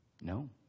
No